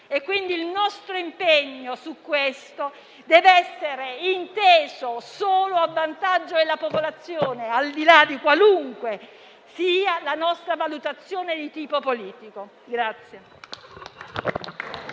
Quindi il nostro impegno su questo deve essere inteso solo a vantaggio della popolazione, qualunque sia la nostra valutazione di tipo politico.